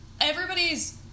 Everybody's